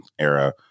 era